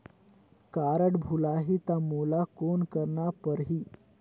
Card भुलाही ता मोला कौन करना परही?